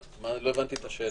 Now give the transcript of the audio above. לא הבנתי את השאלה.